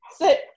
sit